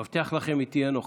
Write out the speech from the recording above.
מבטיח לכם, היא תהיה נוכחת.